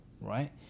right